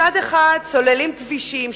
מצד אחד סוללים כבישים,